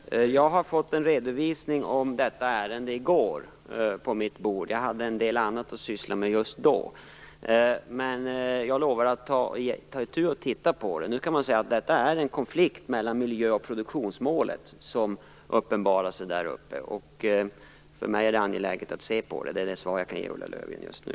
Fru talman! Jag fick i går en redovisning av detta ärende på mitt bord. Jag hade en del annat att syssla med just då. Men jag lovar att ta itu med och titta närmare på ärendet. Man kan säga att det är en konflikt mellan miljö och produktionsmål som uppenbarar sig i Njaka fjäll. För mig är det angeläget att se över det, vilket är det svar jag kan ge Ulla Löfgren just nu.